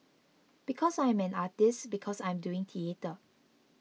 because I am an artist because I am doing theatre